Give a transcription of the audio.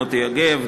מוטי יוגב,